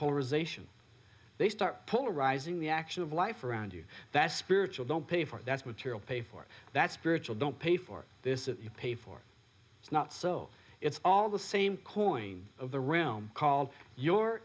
polarization they start polarizing the action of life around you that's spiritual don't pay for that's material pay for that spiritual don't pay for this that you pay for not so it's all the same coin of the realm called your